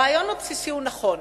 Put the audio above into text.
הרעיון הבסיסי הוא נכון.